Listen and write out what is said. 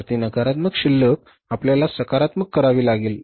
तर ती नकारात्मक शिल्लक आपल्याला सकारात्मक करावी लागेल